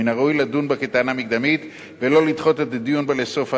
מן הראוי לדון בה כטענה מקדמית ולא לדחות את הדיון בה לסוף ההליך,